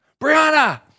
Brianna